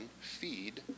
feed